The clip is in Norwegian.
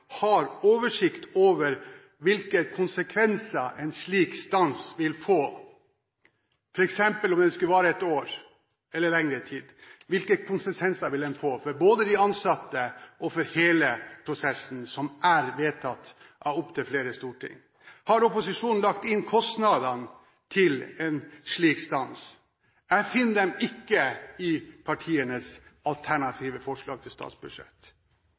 har oversikt over hvilke konsekvenser en slik stans vil få, f.eks. om den skulle vare et år eller lengre tid. Hvilke konsekvenser vil det få både for de ansatte og for hele prosessen, som er vedtatt av opptil flere storting? Har opposisjonen lagt inn kostnadene ved en slik stans? Jeg finner dem ikke i partienes alternative forslag til statsbudsjett.